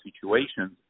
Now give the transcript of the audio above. situations